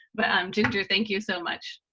but um ginger, thank you so much.